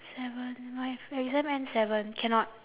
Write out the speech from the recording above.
seven my exam end seven cannot